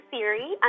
Siri